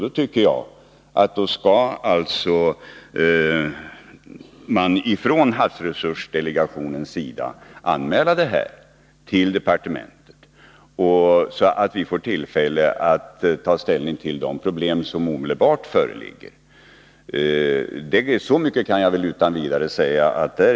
Då tycker jag att man från havsresursdelegationens sida skall anmäla detta till departementet, så att vi får tillfälle att pröva det problem som omedelbart föreligger.